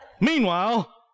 Meanwhile